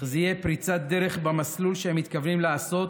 וכי זה יהיה פריצת דרך במסלול שהם מתכוונים לעשות